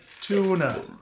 tuna